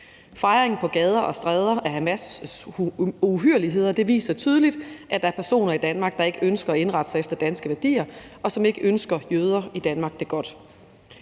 Fejring på gader og stræder af Hamas' uhyrligheder viser tydeligt, at der er personer i Danmark, der ikke ønsker at indrette sig efter danske værdier, og som ikke ønsker jøder i Danmark det godt.